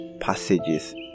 passages